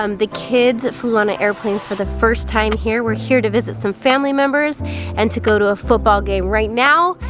um the kids flew on an airplane for the first time here, we're here to visit some family members and to go to football game right now,